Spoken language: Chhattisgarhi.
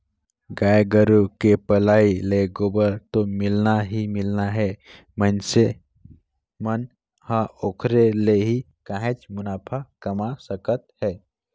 गाय गोरु के पलई ले गोबर तो मिलना ही मिलना हे मइनसे मन ह ओखरे ले ही काहेच मुनाफा कमा सकत हे